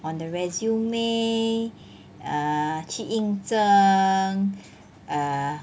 on the resume err 去应征 err